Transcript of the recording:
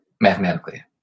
mathematically